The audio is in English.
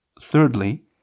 thirdly